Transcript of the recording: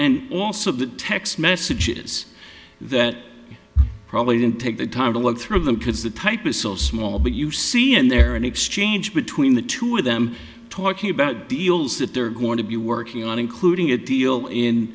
and also the text messages that probably didn't take the time to look through them because the type is so small but you see in there an exchange between the two of them talking about deals that they're going to be working on including a deal in